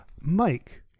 mike